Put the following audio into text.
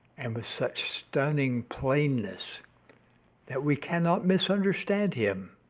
and with such stunning plainness that we cannot misunderstand him.